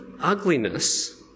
ugliness